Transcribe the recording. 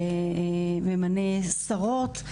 שממנה שרות.